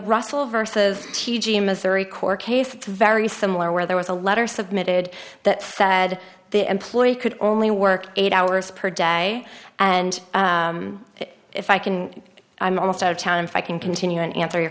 russell vs t g in missouri court case it's very similar where there was a letter submitted that said the employee could only work eight hours per day and if i can i'm almost out of town if i can continue and answer your